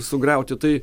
sugriauti tai